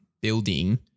building